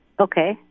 Okay